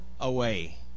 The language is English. away